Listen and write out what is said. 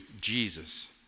Jesus